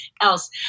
else